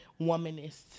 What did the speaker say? womanist